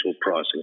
pricing